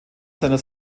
seiner